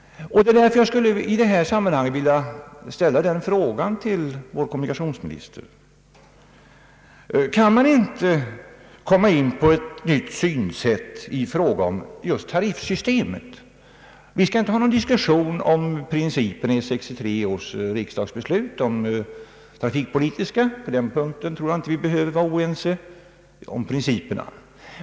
Jag skulle därför i detta sammanhang vilja ställa en fråga till vår kommunikationsminister: Kan man inte tillämpa ett nytt synsätt i fråga om just tariffsystemet? Vi skall inte nu ha någon diskussion om principerna i 1963 års riksdagsbeslut angående trafikpolitiken, På den punkten behöver vi inte vara oense om principerna.